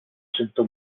sentó